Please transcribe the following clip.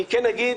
אני כן אגיד